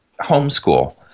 homeschool